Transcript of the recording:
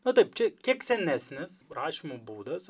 na taip čia kiek senesnis rašymo būdas